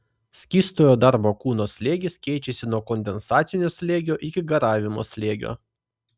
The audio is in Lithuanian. skystojo darbo kūno slėgis keičiasi nuo kondensacinio slėgio iki garavimo slėgio